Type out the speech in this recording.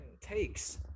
takes